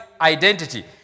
identity